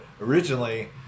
originally